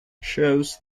shows